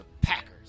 Packers